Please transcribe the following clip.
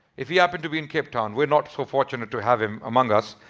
if he happened to be in cape town, we're not so fortunate to have him among us.